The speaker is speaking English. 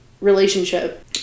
relationship